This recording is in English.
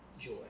joy